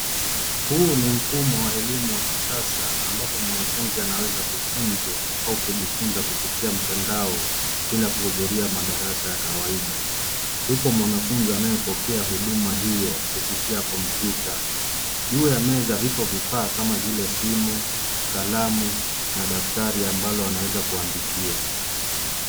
Huu ni mfumo wa elimu wa kisasa ambapo mwanafunzi anaweza kufunzwa au kujifunza kupitia mtandao bila kuhudhuria madarasa ya kawaida. Yupo mwanafunzi anayepokea huduma hiyo kupitia kompyuta. Juu ya meza , vipo vifaa kama vile simu, kalamu na daftari ambalo anaweza kuandikia.